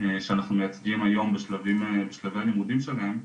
שאנחנו מייצגים היום בשלבי הלימודים שלהם,